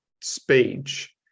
speech